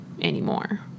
anymore